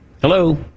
Hello